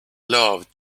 love